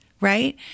Right